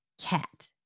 cat